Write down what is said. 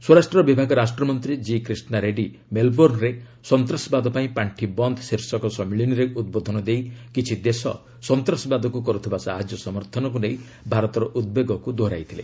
ସ୍ୱରାଷ୍ଟ୍ର ବିଭାଗ ରାଷ୍ଟ୍ରମନ୍ତ୍ରୀ ଜିକ୍ରିଷ୍ଣାରେଡ୍ଡୀ ମେଲବୋର୍ଣ୍ଣରେ ସନ୍ତାସବାଦ ପାଇଁ ପାର୍ଶି ବନ୍ଦ ଶୀର୍ଷକ ସମ୍ମିଳନୀରେ ଉଦ୍ବୋଧନ ଦେଇ କିଛି ଦେଶ ସନ୍ତାସବାଦକୁ କରୁଥିବା ସାହାଯ୍ୟ ସମର୍ଥନକୁ ନେଇ ଭାରତର ଉଦ୍ବେଗକୁ ଦୋହରାଇଥିଲେ